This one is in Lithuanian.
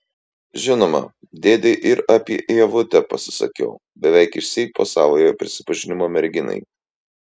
žinoma dėdei ir apie ievutę pasisakiau beveik išsyk po savojo prisipažinimo merginai